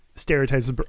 stereotypes